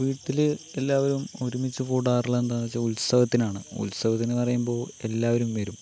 വീട്ടിൽ എല്ലാവരും ഒരുമിച്ച് കൂടാറുള്ളത് എന്താണെന്ന് വച്ചാൽ ഉത്സവത്തിനാണ് ഉത്സവത്തിനെന്ന് പറയുമ്പോൾ എല്ലാവരും വരും